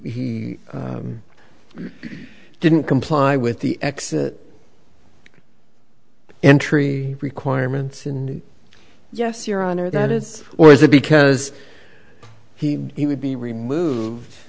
he didn't comply with the exit entry requirements and yes your honor that is or is it because he would he would be removed